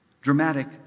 Dramatic